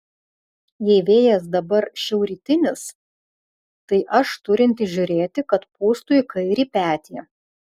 jei vėjas dabar šiaurrytinis tai aš turintis žiūrėti kad pūstų į kairį petį